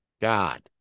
God